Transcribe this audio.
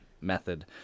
method